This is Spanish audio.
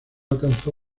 alcanzó